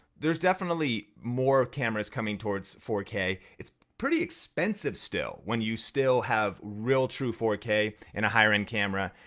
there's definitely more cameras coming towards four k. it's pretty expensive still when you still have real true four k in a higher-end camera.